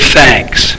thanks